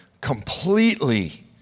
completely